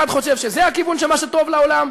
אחד חושב שזה הכיוון של מה שטוב לעולם,